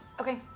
Okay